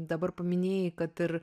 dabar paminėjai kad ir